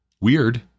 weird